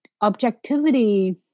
objectivity